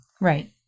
Right